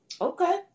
Okay